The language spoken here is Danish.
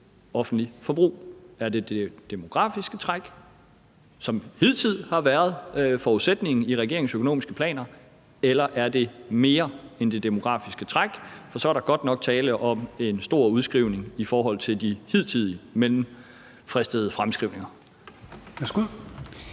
offentligt forbrug? Er det det demografiske træk, som hidtil har været forudsætningen i regeringens økonomiske planer, eller er det mere end det demografiske træk? For så er der godt nok tale om en stor udskrivning i forhold til de hidtidige mellemfristede fremskrivninger.